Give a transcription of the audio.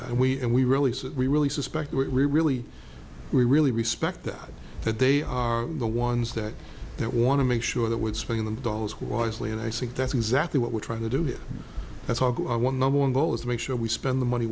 that we and we really we really suspect we really we really respect that that they are the ones that they want to make sure that would spend the dollars wisely and i think that's exactly what we're trying to do it that's one number one goal is to make sure we spend the money